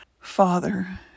Father